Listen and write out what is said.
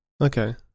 Okay